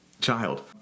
child